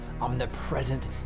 omnipresent